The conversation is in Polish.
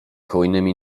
hojnymi